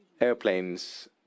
Airplanes